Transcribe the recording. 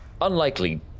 unlikely